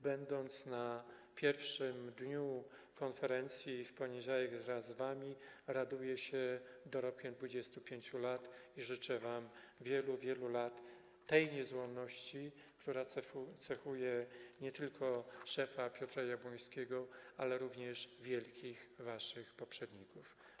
Byłem na pierwszym dniu konferencji w poniedziałek i wraz z wami raduję się dorobkiem tych 25 lat i życzę wam wielu, wielu lat tej niezłomności, która cechuje nie tylko szefa Piotra Jabłońskiego, ale również wielkich waszych poprzedników.